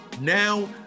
now